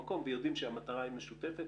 המנכ"ל ואנוכי משתדלים לצאת לשטח,